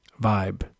vibe